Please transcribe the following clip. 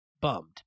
bummed